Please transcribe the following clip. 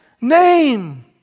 name